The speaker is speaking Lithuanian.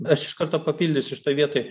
aš iš karto papildysiu šitoj vietoj